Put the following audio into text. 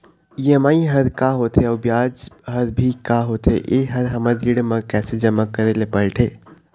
EMI हर का होथे अऊ ब्याज हर भी का होथे ये हर हमर ऋण मा कैसे जमा करे ले पड़ते?